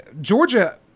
Georgia